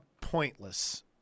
pointless